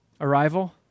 Arrival